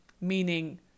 meaning